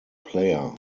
player